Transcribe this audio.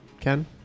Ken